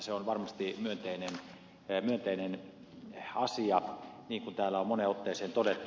se on varmasti myönteinen asia niin kuin täällä on moneen otteeseen todettu